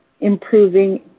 improving